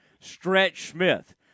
Stretch-Smith